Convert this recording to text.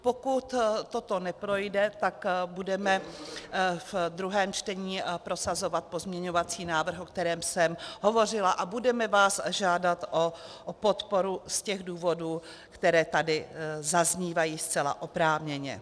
Pokud toto neprojde, tak budeme v druhém čtení prosazovat pozměňovací návrh, o kterém jsem hovořila, a budeme vás žádat o podporu z těch důvodů, které tady zaznívají zcela oprávněně.